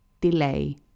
delay